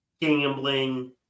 Gambling